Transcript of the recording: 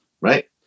right